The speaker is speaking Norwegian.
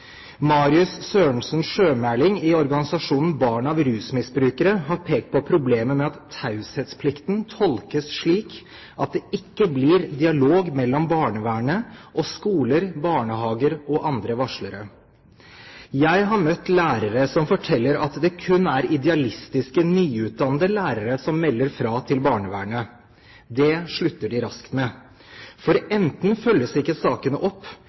Marius Sørensen-Sjømæling, i organisasjonen Barn av rusmisbrukere, har pekt på problemet med at taushetsplikten tolkes slik at det ikke blir dialog mellom barnevernet og skoler, barnehager og andre varslere. Jeg har møtt lærere som forteller at det kun er idealistiske, nyutdannede lærere som melder fra til barnevernet. Det slutter de raskt med. For enten følges ikke sakene opp,